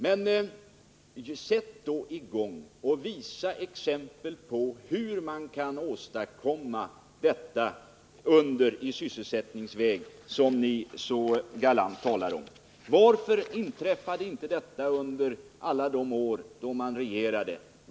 Men sätt då i gång och visa exempel på hur man kan åstadkomma detta under i sysselsättningsväg, som ni så galant talar om! Varför inträffade inte detta under alla de år då man regerade?